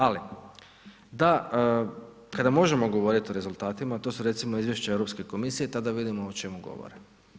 Ali da kada možemo govorit o rezultatima, to su recimo izvješća Europske komisije, tada vidimo o čemu govore.